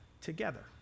together